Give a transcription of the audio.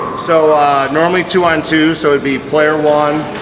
so normally two on two so the player one,